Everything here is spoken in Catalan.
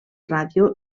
ràdio